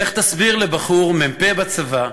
לך תסביר לבחור, מ"פ בצבא.